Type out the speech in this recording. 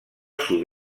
sud